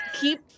keep